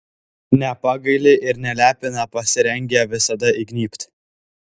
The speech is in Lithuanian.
nepagaili ir nelepina pasirengę visada įgnybt